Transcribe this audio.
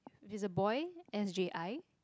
if it's a boy S_J_I